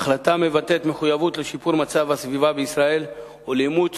ההחלטה מבטאת מחויבות לשיפור מצב הסביבה בישראל ואימוץ